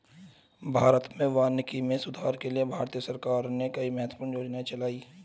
भारत में वानिकी में सुधार के लिए भारतीय सरकार ने कई महत्वपूर्ण योजनाएं चलाई